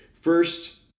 First